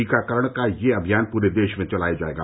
टीकाकरण का यह अभियान पूरे देश में चलाया जायेगा